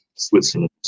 Switzerland